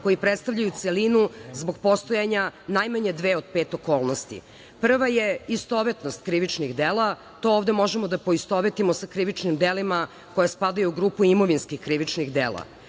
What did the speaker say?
koji predstavljaju celinu zbog postojanja najmanje dve od pet okolnosti. Prva je istovetnost krivičnih dela. To ovde možemo da poistovetimo sa krivičnim delima koja spadaju u grupu imovinskih krivičnih dela.